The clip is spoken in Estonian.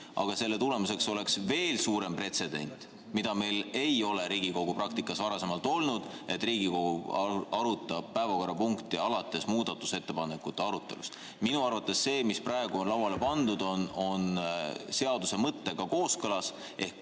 aga selle tulemuseks oleks veel suurem pretsedent, mida meil ei ole Riigikogu praktikas varasemalt olnud, et Riigikogu arutab päevakorrapunkti alates muudatusettepanekute arutelust. Minu arvates see [päevakord], mis praegu on lauale pandud, on seaduse mõttega kooskõlas. Ehk